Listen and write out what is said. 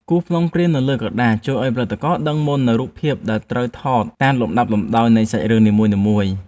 គូសប្លង់ព្រាងនៅលើក្រដាសជួយឱ្យផលិតករដឹងមុននូវរូបភាពដែលត្រូវថតតាមលំដាប់លំដោយនៃសាច់រឿងនីមួយៗ។